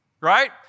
Right